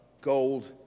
gold